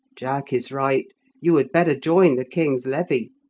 jack is right you had better join the king's levy.